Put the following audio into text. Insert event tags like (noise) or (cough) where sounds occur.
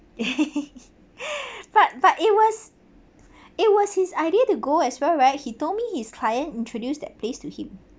(laughs) but but it was it was his idea to go as well right he told me his client introduced that place to him